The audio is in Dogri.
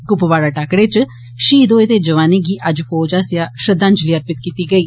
कुपवाड़ा टाकरे च षहीद होए दे जवानें गी अज्ज फौज आस्सेआ श्रद्धांजलि अर्पित कीती गेई